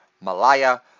Malaya